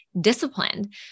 disciplined